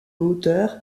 hauteur